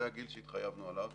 זה הגיל שהתחייבנו עליו